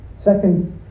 Second